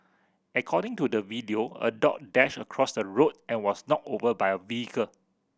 according to the video a dog dashed across the road and was knocked over by a vehicle